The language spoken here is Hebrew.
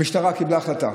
המשטרה קיבלה החלטה: